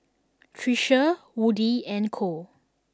Tricia Woody and Cole